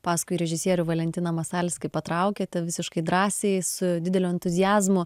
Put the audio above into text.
paskui režisierių valentiną masalskį patraukiate visiškai drąsiai su dideliu entuziazmu